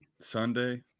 Sunday